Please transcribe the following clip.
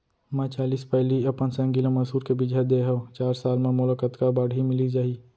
मैं चालीस पैली अपन संगी ल मसूर के बीजहा दे हव चार साल म मोला कतका बाड़ही मिलिस जाही?